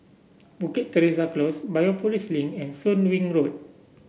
Bukit Teresa Close Biopolis Link and Soon Wing Road